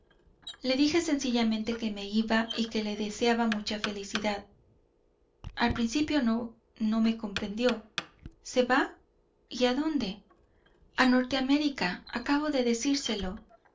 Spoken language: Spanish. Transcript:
le dije sencillamente que me iba y que le deseaba mucha felicidad al principio no me comprendió se va y adónde a norte américa acabo de decírselo